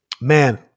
man